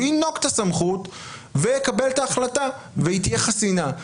הוא ינוק את הסמכות ויקבל את ההחלטה והיא תהיה חסינה.